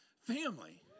family